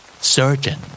Surgeon